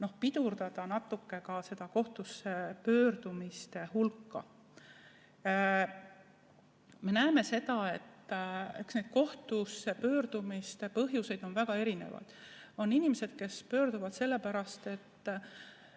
pidurdada natuke ka seda kohtusse pöördumiste hulka. Me näeme seda, et kohtusse pöördumise põhjuseid on väga erinevaid. On inimesed, kes pöörduvad sellepärast, et